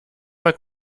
mal